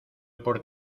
por